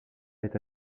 est